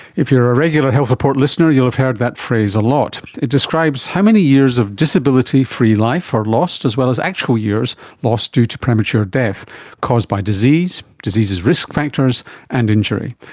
if you are a regular health report listener you will have heard that phrase a lot. it describes how many years of disability-free life are lost as well as actual years lost due to premature death caused by disease, diseases' risk factors and injury.